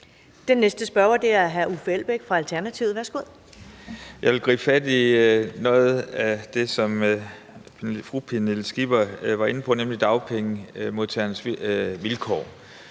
Den næste spørger er hr. Uffe Elbæk fra Alternativet. Værsgo. Kl. 15:22 Uffe Elbæk (ALT): Jeg vil gribe fat i noget af det, som fru Pernille Skipper var inde på, nemlig dagpengemodtagernes vilkår,